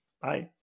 Bye